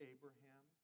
Abraham